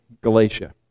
Galatia